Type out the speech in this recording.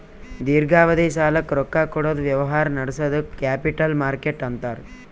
ದೀರ್ಘಾವಧಿ ಸಾಲಕ್ಕ್ ರೊಕ್ಕಾ ಕೊಡದ್ ವ್ಯವಹಾರ್ ನಡ್ಸದಕ್ಕ್ ಕ್ಯಾಪಿಟಲ್ ಮಾರ್ಕೆಟ್ ಅಂತಾರ್